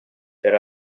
per